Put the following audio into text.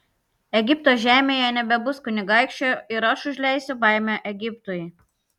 egipto žemėje nebebus kunigaikščio ir aš užleisiu baimę egiptui